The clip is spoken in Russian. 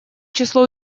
число